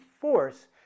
force